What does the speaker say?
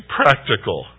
practical